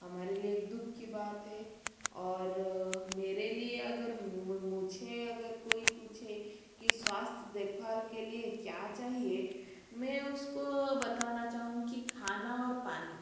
हमारे लिए एक दुःख की बात है और मेरे लिए अगर मुझे अगर कोई पूछे कि स्वास्थय देखभाल के लिए क्या चाहिए मैं उसको बताना चाहूँगी खाना और पानी